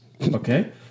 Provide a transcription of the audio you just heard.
Okay